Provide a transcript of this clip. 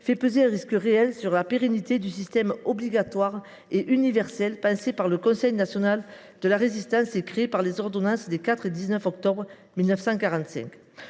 fait peser un risque réel sur la pérennité du système obligatoire et universel pensé par le Conseil national de la Résistance et créé par les ordonnances des 4 et 19 octobre 1945.